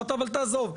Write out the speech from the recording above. אבל תעזוב,